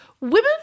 women